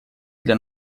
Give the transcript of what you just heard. для